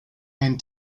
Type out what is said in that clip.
and